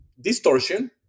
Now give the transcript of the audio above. distortion